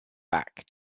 back